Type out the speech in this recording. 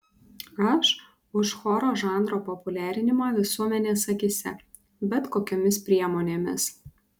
aš už choro žanro populiarinimą visuomenės akyse bet kokiomis priemonėmis